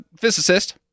physicist